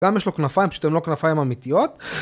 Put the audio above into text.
גם יש לו כנפיים, פשוט הם לא כנפיים אמיתיות.